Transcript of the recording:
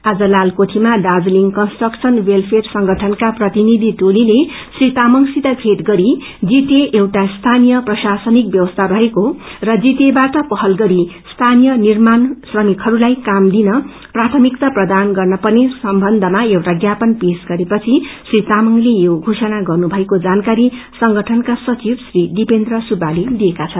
आज तालकोठीमा Darjeeling construction welfare संगठनका प्रतिनिधि दोलीले श्री तार्मगसित घेट गरी जौटिण एण्उटा स्थानीय प्रशासिनक वंयवसी रहेको र जीटिए बाट पहल गरि स्थानीय निर्माण श्रमिकहरूलाई काम दिन प्रायमिकता प्रदान गर्न पेर्न सम्बन्धमा एउटा ज्ञान पेश गरे पछि श्री तामंगले यो घोषणा गरेको जानकारी संगठनका सचिव श्री दिपेन्द्र सुब्बाले दिएका छन्